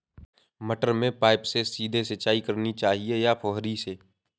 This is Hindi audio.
मटर में पाइप से सीधे सिंचाई करनी चाहिए या फुहरी से?